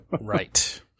Right